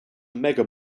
mega